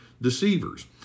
deceivers